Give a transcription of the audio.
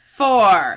four